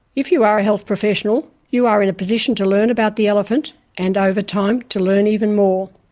if you are a health professional you are in a position to learn about the elephant and, over time, to learn even more.